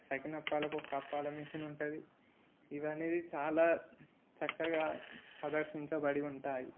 సకినప్పాలకు ఒక అప్పాల మెషిన్ ఉంటుంది ఇవి అనేది చాలా చక్కగా ప్రదర్శించబడి ఉంటాయి